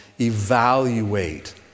evaluate